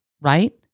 right